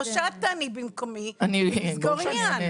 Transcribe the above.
או שאת תעני במקומי ונסגור עניין,